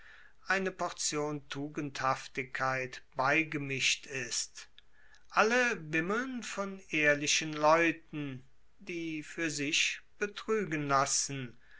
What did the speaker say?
eine portion tugendhaftigkeit beigemischt ist alle wimmeln von ehrlichen leuten die fuer sich betruegen lassen